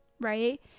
right